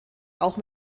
auch